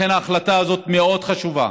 לכן ההחלטה הזאת מאוד חשובה.